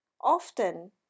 Often